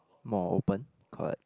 more open correct